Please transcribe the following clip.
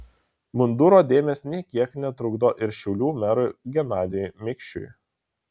munduro dėmės nė kiek netrukdo ir šiaulių merui genadijui mikšiui